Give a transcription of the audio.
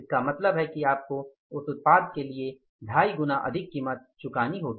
इसका मतलब है कि आपको उस उत्पाद के लिए 25 गुना अधिक कीमत चुकानी होगी